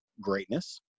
greatness